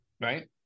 Right